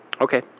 Okay